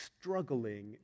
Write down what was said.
Struggling